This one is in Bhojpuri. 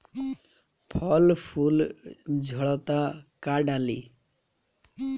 फल फूल झड़ता का डाली?